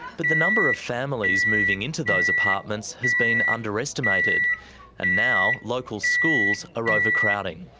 but the number of families moving into those apartments has been underestimated and now local schools are overcrowding.